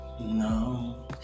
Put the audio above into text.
no